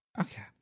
Okay